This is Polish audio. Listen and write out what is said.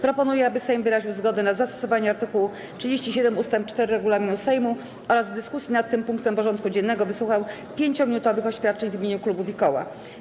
Proponuję, aby Sejm wyraził zgodę na zastosowanie art. 37 ust. 4 regulaminu Sejmu oraz w dyskusji nad tym punktem porządku dziennego wysłuchał 5-minutowych oświadczeń w imieniu klubów i koła.